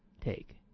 take